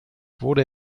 wurde